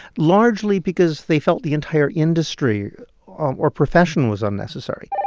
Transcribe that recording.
largely because they felt the entire industry or profession was unnecessary